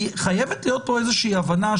חייבת להיות פה איזו שהיא הבנה,